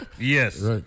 Yes